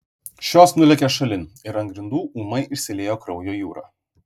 šios nulėkė šalin ir ant grindų ūmai išsiliejo kraujo jūra